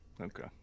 Okay